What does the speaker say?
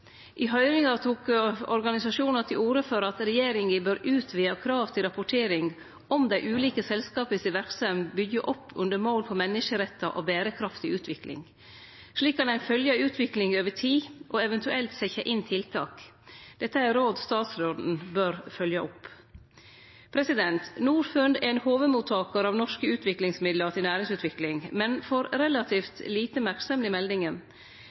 I høyringa tok organisasjonar til orde for at regjeringa bør utvide kravet til rapportering om dei ulike selskapa si verksemd byggjer opp under mål om menneskerettar og berekraftig utvikling. Slik kan ein følgje utviklinga over tid og eventuelt setje inn tiltak. Dette er råd statsråden bør følgje opp. Norfund er ein hovudmottakar av norske utviklingsmidlar til næringsutvikling, men får relativt lite merksemd i meldinga.